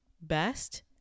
best